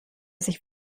sich